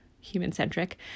human-centric